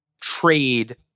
trade